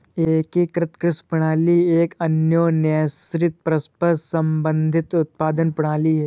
एकीकृत कृषि प्रणाली एक अन्योन्याश्रित, परस्पर संबंधित उत्पादन प्रणाली है